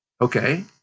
Okay